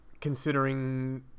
considering